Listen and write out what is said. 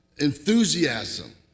enthusiasm